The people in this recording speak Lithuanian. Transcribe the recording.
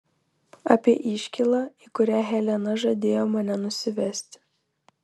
apie iškylą į kurią helena žadėjo mane nusivesti